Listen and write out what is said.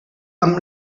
amb